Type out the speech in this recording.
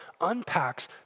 unpacks